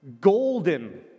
golden